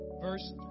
Verse